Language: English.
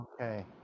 Okay